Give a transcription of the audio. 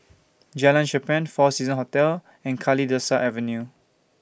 Jalan Cherpen four Seasons Hotel and Kalidasa Avenue